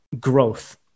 growth